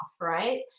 right